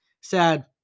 sad